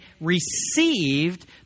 received